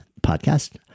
podcast